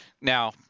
Now